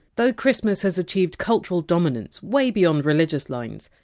though christmas has achieved cultural dominance way beyond religious lines,